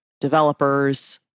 developers